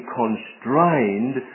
constrained